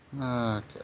Okay